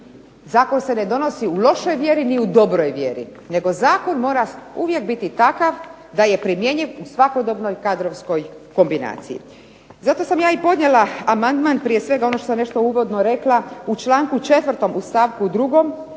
Zakon se ne donosi u lošoj vjeri ni u dobroj vjeri, nego zakon mora uvijek biti takav da je primjenjiv u svakodobnoj kadrovskoj kombinaciji. Zato sam ja i podnijela amandman, prije svega ono što sam nešto uvodno rekla u članku 4. u stavku 2.